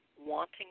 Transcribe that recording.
wanting